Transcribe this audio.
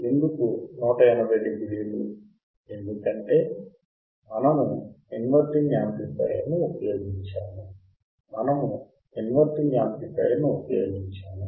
ఎందుకు 180 డిగ్రీలు ఎందుకంటే మనము ఇన్వర్టింగ్ యాంప్లిఫయర్ను ఉపయోగించాము మనము ఇన్వర్టింగ్ యాంప్లిఫైయర్ను ఉపయోగించాము